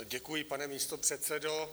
Děkuji, pane místopředsedo.